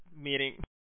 meeting